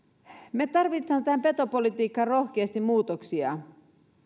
me tarvitsemme tähän petopolitiikkaan rohkeita muutoksia